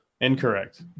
Incorrect